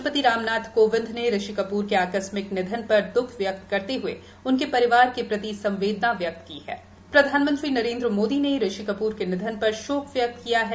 राष्ट्रपति रामनाथ कोविंद ने ऋषि कप्र के आकस्मिक निधन पर द्ख व्यक्त करते हए उनके परिवार के प्रति संवेदना व्यक्त की है प्रधानमंत्री नरेनुद्र मादी ने ऋषि कपूर के निधन पर शोक व्यक्त किया है